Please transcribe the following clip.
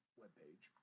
webpage